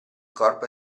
corpo